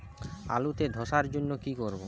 আলুতে ধসার জন্য কি করব?